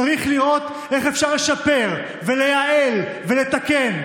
צריך לראות איך אפשר לשפר ולייעל ולתקן.